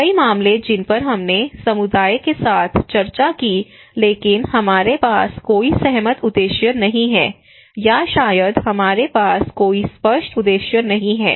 कई मामले जिन पर हमने समुदाय के साथ चर्चा की लेकिन हमारे पास कोई सहमत उद्देश्य नहीं है या शायद हमारे पास कोई स्पष्ट उद्देश्य नहीं है